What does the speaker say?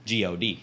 god